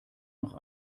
noch